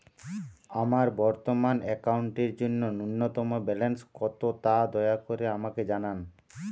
আমার বর্তমান অ্যাকাউন্টের জন্য ন্যূনতম ব্যালেন্স কত তা দয়া করে আমাকে জানান